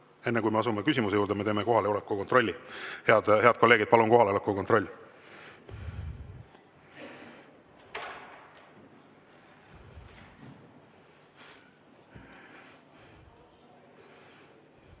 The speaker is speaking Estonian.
Enne, kui me asume küsimuste juurde, teeme kohaloleku kontrolli. Head kolleegid, palun kohaloleku kontroll!